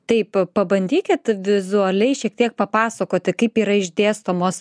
taip pabandykit vizualiai šiek tiek papasakoti kaip yra išdėstomos